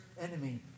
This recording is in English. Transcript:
enemy